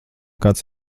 kāds